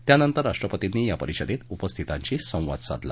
त्यानंतर राष्ट्रपतींनी या परिषदेत उपस्थितांशी संवाद साधला